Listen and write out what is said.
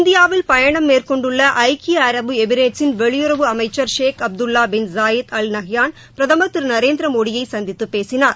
இந்தியாவில் பயணம் மேற்கொண்டுள்ள ஐக்கிய அரபு எமிரேட்ஸின் வெளியுறவு அமைச்சர் Sheikh Abdullah bin Zayed Al Nahyan பிரதமர் திரு நரேந்திர மோடியை சந்தித்து பேசினார்